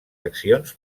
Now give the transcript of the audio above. accions